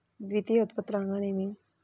ద్వితీయ ఉత్పత్తులు అనగా నేమి?